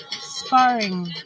sparring